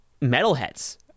metalheads